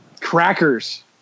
Crackers